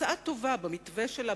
ההצעה טובה במתווה שלה,